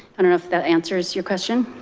i don't know if that answers your question.